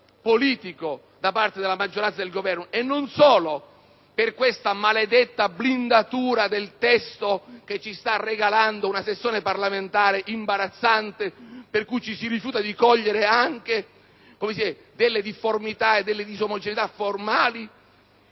politico da parte della maggioranza e del Governo, non solo per questa maledetta blindatura del testo che ci sta regalando una sessione parlamentare imbarazzante, per cui ci si rifiuta di cogliere anche delle difformità e delle disomogeneità formali,